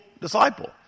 disciple